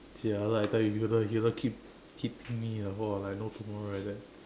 jialat I tell you either keep keep hitting me !wah! like no tomorrow like that